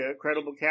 credible